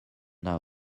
now